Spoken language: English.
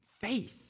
faith